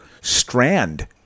strand